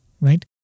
Right